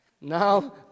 Now